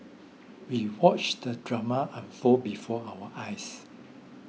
we watched the drama unfold before our eyes